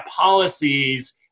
policies